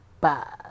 Bye